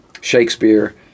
Shakespeare